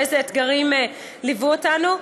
ואיזה אתגרים ליוו אותנו,